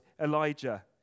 Elijah